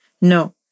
No